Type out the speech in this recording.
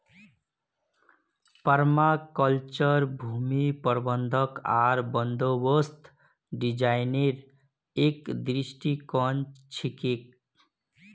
permaculture भूमि प्रबंधन आर बंदोबस्त डिजाइनेर एक दृष्टिकोण छिके